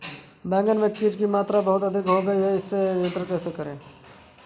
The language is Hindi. बैगन में कीट की मात्रा बहुत अधिक हो गई है इसे नियंत्रण कैसे करें?